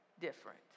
different